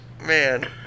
Man